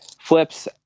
flips